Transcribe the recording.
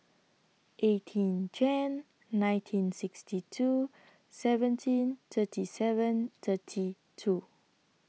eighteen Jan nineteen sixty two seventeen thirty seven thirty two